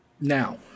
Now